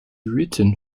written